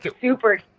super